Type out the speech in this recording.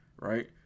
right